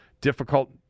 difficult